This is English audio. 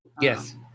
Yes